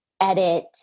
edit